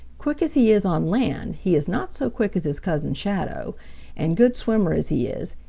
quick as he is on land, he is not so quick as his cousin shadow and good swimmer as he is,